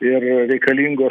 ir reikalingos